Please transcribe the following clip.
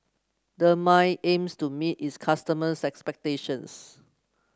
Dermale aims to meet its customers' expectations